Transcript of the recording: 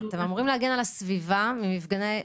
אתם אמורים להגן על הסביבה ממפגעי ריח,